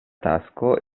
tasko